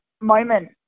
moment